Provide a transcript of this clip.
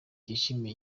yishimiye